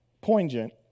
poignant